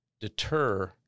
deter